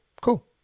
cool